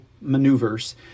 maneuvers